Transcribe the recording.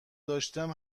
داشتم